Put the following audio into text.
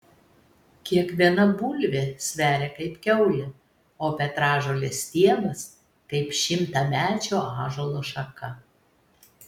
kiekviena bulvė sveria kaip kiaulė o petražolės stiebas kaip šimtamečio ąžuolo šaka